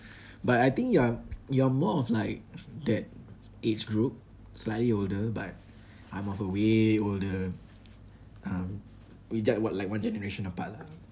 but I think you are you are more of like that age group slightly older but I'm of a way older um we ju~ what like one generation apart lah